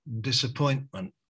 disappointment